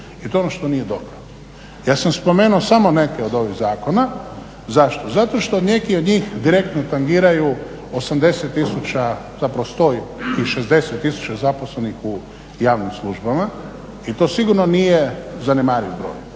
I to je ono što nije dobro. Ja sam spomenuo samo neke od ovih zakona. Zašto? Zato što neki od njih direktno tangiraju 80 tisuća, zapravo 160 tisuća zaposlenih u javnim službama i to sigurno nije zanemariv broj.